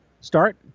start